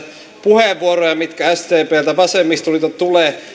puheenvuoroja mitä sdpltä ja vasemmistoliitolta tulee